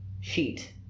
sheet